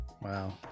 Wow